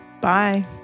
Bye